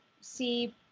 see